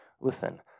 listen